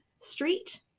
Street